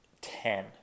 ten